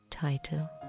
title